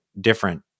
different